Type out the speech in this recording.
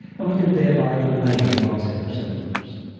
and we can thereby delay the onset of symptoms.